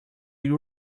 you